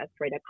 right